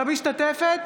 משתתפת